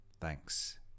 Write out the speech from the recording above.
Thanks